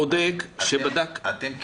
הבודק שבדק -- אתם,